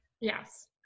Yes